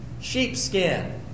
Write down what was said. Sheepskin